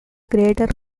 greater